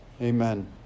amen